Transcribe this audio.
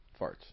Farts